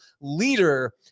leader